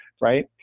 right